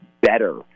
better